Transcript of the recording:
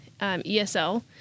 ESL